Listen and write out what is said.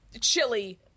chili